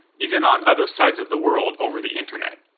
even on other sides of the world over the internet.